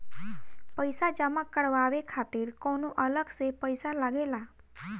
पईसा जमा करवाये खातिर कौनो अलग से पईसा लगेला?